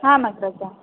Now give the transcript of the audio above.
आम् अग्रज